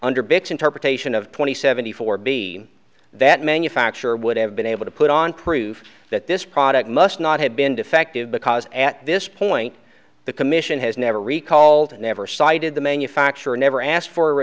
under bix interpretation of twenty seventy four b that manufacturer would have been able to put on proof that this product must not have been defective because at this point the commission has never recall to never cited the manufacturer never asked for